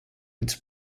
its